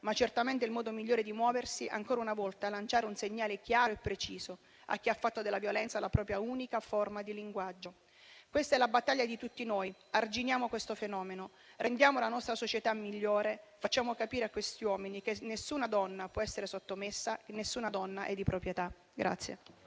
ma è comunque il modo migliore di muoversi e ancora una volta lanciare un segnale chiaro e preciso a chi ha fatto della violenza la propria unica forma di linguaggio. Questa è la battaglia di tutti noi: arginiamo questo fenomeno, rendiamo la nostra società migliore, facciamo capire a quegli uomini che nessuna donna può essere sottomessa, nessuna donna è di proprietà.